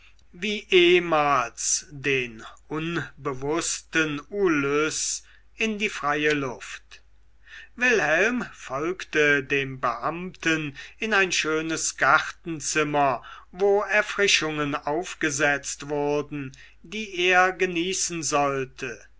wie ehmals den unbewußten ulyß in die freie luft wilhelm folgte dem beamten in ein schönes gartenzimmer wo erfrischungen aufgesetzt wurden die er genießen sollte